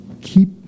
keep